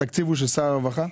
התקציב הוא של שר הרווחה?